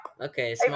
okay